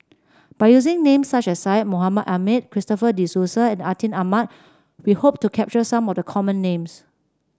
by using names such as Syed Mohamed Ahmed Christopher De Souza and Atin Amat we hope to capture some of the common names